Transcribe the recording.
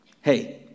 hey